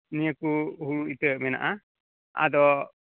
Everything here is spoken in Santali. ᱱᱤᱭᱟᱹ ᱠᱩ ᱦᱩᱲᱩ ᱤᱛᱟᱹ ᱢᱮᱱᱟᱜᱼᱟ ᱟᱫᱚ